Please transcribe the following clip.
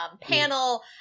panel